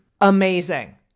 amazing